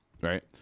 Right